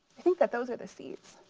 i think that those are the seeds.